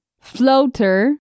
floater